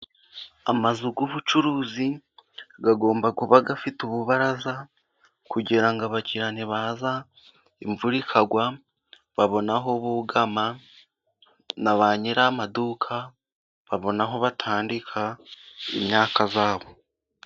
Amazu y'ubucuruzi agomba kuba afite ububaraza kugira abakiriya nibaza ,imvura ikagwa babone aho bugama na ba nyir'amaduka babone aho batandika imyaka yabo.